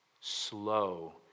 slow